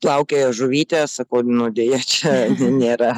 plaukioja žuvytės sakau nu deja čia nėra